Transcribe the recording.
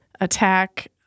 attack